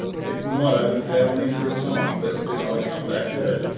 it might overpower me for a time but then i come back at it.